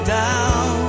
down